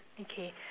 okay